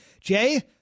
Jay